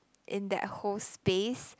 in that whole space